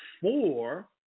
four